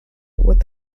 with